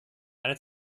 eine